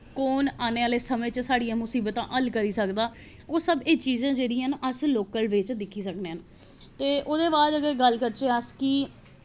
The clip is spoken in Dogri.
कौन आने आह्ले समें च साढ़ियां मुसीबतां हल्ल करी सकदा ओह् सब एह् चीजां जेह्ड़ियां न अस लोकल बिच दिक्खी सकने आं ते ओह्दे बाद गै गल्ल करचै अस कि